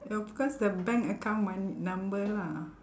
of course the bank account mon~ number lah